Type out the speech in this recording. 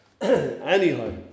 Anyhow